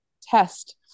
test